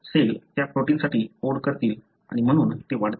sale त्या प्रोटिन्ससाठी code करतील आणि म्हणून ते वाढतील